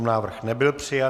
Návrh nebyl přijat.